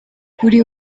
kuri